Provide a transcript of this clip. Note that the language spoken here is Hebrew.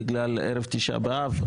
בגלל ערב תשעה באב.